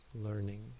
learning